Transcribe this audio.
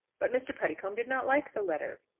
but mr. puddicombe did not like the letter.